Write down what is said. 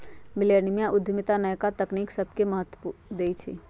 मिलेनिया उद्यमिता नयका तकनी सभके महत्व देइ छइ